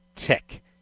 tick